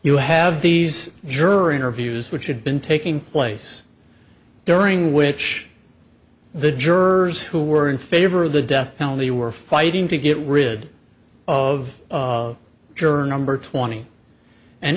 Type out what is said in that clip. you have these jury interviews which had been taking place during which the jurors who were in favor of the death penalty were fighting to get rid of journal or twenty and